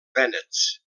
vènets